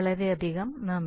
വളരെയധികം നന്ദി